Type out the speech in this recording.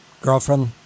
girlfriend